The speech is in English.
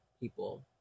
people